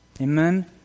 Amen